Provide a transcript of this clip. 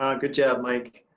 ah good job mike.